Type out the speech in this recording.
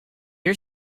are